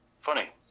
Funny